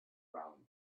brown